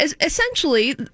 Essentially